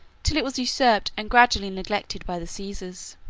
till it was usurped and gradually neglected by the caesars.